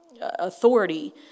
authority